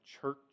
church